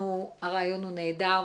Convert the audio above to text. הרעיון הוא נהדר,